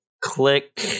click